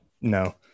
no